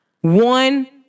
one